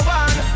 one